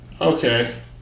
okay